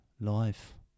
life